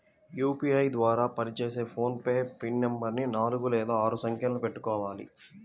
UPI ద్వారా పనిచేసే PhonePe pin నెంబరుని నాలుగు లేదా ఆరు సంఖ్యలను పెట్టుకోవాలి